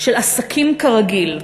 של "עסקים כרגיל".